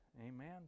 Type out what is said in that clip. Amen